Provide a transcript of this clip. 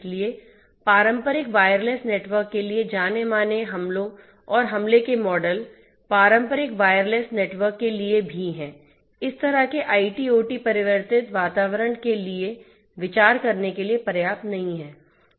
इसलिए पारंपरिक wireless network के लिए जाने माने हमलों और हमले के मॉडल पारंपरिक वायरलेस नेटवर्क के लिए भी हैं इस तरह के आईटी ओटी परिवर्तित वातावरण के लिए विचार करने के लिए पर्याप्त नहीं हैं